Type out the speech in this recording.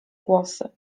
głosy